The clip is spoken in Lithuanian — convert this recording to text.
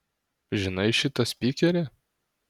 žinai šitą spykerį